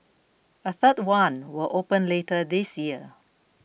a third one will open later this year